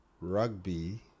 rugby